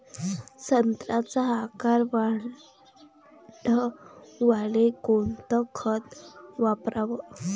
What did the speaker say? संत्र्याचा आकार वाढवाले कोणतं खत वापराव?